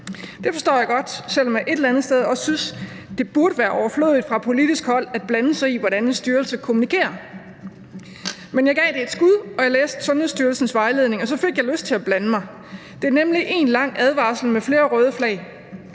det forstår jeg godt, selv om jeg et eller andet sted også synes, det burde være overflødigt fra politisk hold at blande sig i, hvordan en styrelse kommunikerer. Men jeg gav det et skud, og jeg læste Sundhedsstyrelsens vejledning, og så fik jeg lyst til at blande mig. Det er nemlig én lang advarsel med flere røde flag.